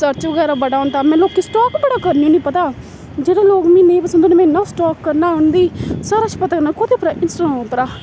search बगैरा बड़ा होंदा में लोकें गी स्टाक बड़ा करनी होन्नी पता जेह्ड़े लोक मिगी नेईं पसंद में इन्ना स्टाक करना उं'दी सारा किश पता करना कोह्दे पर ऐ इंस्टाग्राम उप्परा ऐ